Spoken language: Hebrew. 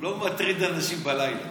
לא מטריד אנשים בלילה.